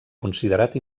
considerat